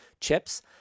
chips